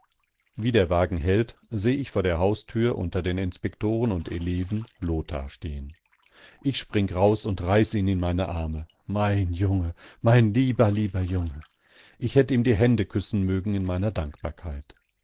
wie der wagen hält seh ich vor der haustür unter den inspektoren und eleven lothar stehen ich spring raus und reiß ihn in meine arme mein junge mein lieber lieber junge ich hätt ihm die hände küssen mögen in meiner dankbarkeit